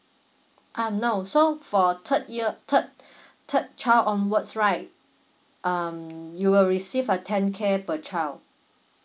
um no so for third year third third child onwards right um you will receive a ten K per child